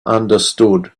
understood